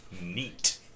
Neat